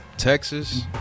Texas